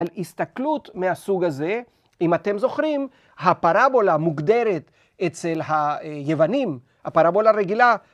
על הסתכלות מהסוג הזה. אם אתם זוכרים, הפרבולה מוגדרת אצל היוונים, הפרבולה הרגילה,